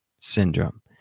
syndrome